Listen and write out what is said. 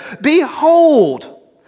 behold